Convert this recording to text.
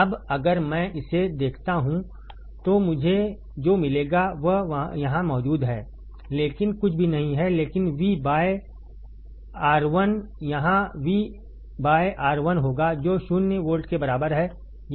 अब अगर मैं इसे देखता हूं तो मुझे जो मिलेगा वह यहां मौजूद है लेकिन कुछ भी नहीं है लेकिन V बाय R1 यहां V R1 होगा जो शून्य वोल्ट के बराबर है